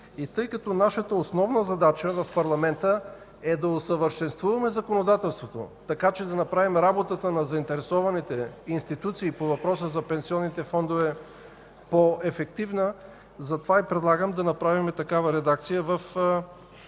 Тъй като нашата основна задача в парламента е да усъвършенстваме законодателството, така че да направим работата на заинтересованите институции по въпроса за пенсионните фондове по-ефективна, предлагам да направим такава редакция в